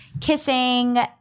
kissing